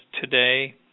today